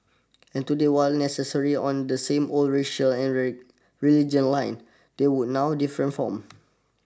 and today while necessary on the same old racial and religion lines they would now different forms